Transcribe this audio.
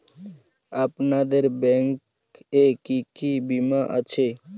আপনাদের ব্যাংক এ কি কি বীমা আছে?